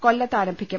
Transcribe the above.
കൊല്ലത്ത് ആരംഭിക്കും